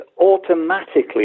automatically